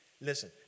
Listen